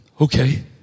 Okay